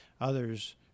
others